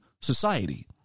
society